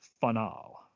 final